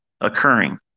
occurring